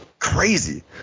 Crazy